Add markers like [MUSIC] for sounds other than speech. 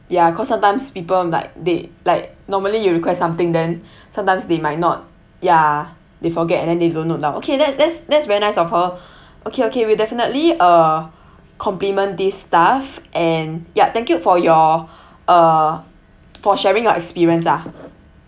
ya cause sometimes people like they like normally you request something then [BREATH] sometimes they might not yeah they forget and then they don't note down okay that's that's that's very nice of her [BREATH] okay okay we'll definitely uh compliment this staff and ya thank you for your uh for sharing your experience lah